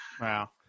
Wow